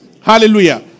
Hallelujah